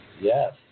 Yes